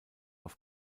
auf